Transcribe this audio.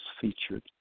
featured